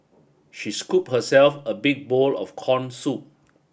she scoop herself a big bowl of corn soup